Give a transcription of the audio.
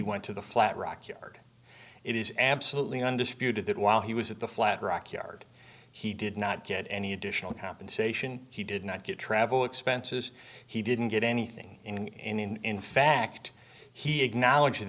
went to the flat rock yard it is absolutely undisputed that while he was at the flat rock yard he did not get any additional compensation he did not get travel expenses he didn't get anything in fact he acknowledged